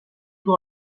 توی